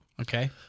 Okay